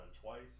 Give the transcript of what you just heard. twice